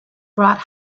brought